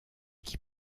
qui